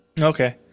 okay